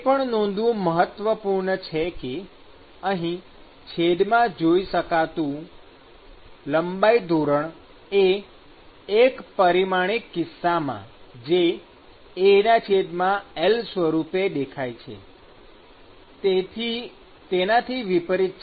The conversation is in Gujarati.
એ પણ નોંધવું મહત્વપૂર્ણ છે કે અહી છેદમાં જોઈ શકાતું લંબાઈ ધોરણ એ એક પરિમાણિક કિસ્સામાં જે AL સ્વરૂપે દેખાય છે તેનાથી વિપરીત છે